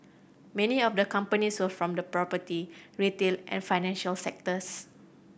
many of the companies were from the property retail and financial sectors